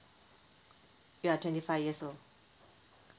you are twenty five years old